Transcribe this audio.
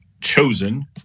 Chosen